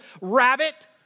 rabbit